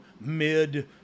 mid